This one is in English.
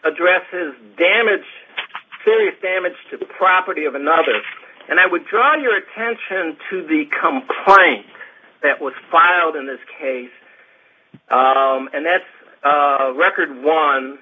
addresses damage serious damage to the property of another and i would draw your attention to the come crying that was filed in this case and that's a record on